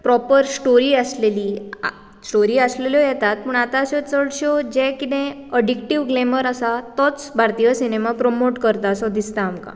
proper story आसलेली story आसलेल्यो येतात पूण आतां चडश्यो जें कितें अडिक्टीव ग्लॅमर आसा तोच भारतीय सिनेमा प्रमोट करता असो दिसता आमकां